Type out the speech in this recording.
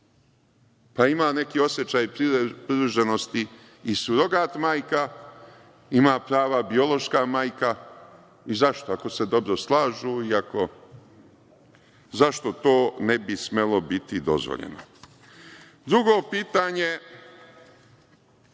pa ima neki osećaj privrženosti i surogat majka, ima prava biološka majka, i zašto da ne, ako se dobro slažu, zašto to ne bi smelo biti dozvoljeno? Drugo pitanje,